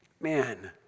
man